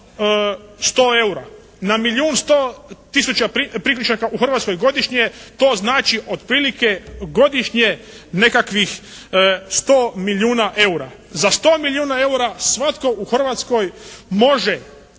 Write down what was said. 100 eura, na milijun 100 tisuća priključaka u Hrvatskoj godišnje to znači otprilike godišnje nekakvih 100 milijuna eura. Za 100 milijuna eura svatko u Hrvatskoj može